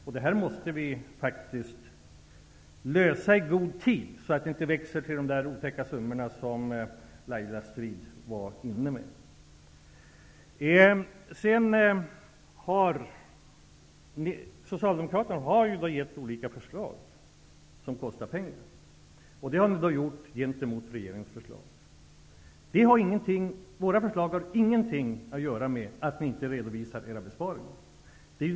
Vi måste faktiskt lösa det här problemet i god tid, så att utgifterna inte växer till de otäcka summor som Socialdemokraterna har lagt fram olika förslag, som kostar pengar, att ställa mot regeringens förslag. Våra förslag har ingenting att göra med att Socialdemokraterna inte redovisar sina besparingar.